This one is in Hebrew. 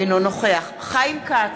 אינו נוכח חיים כץ,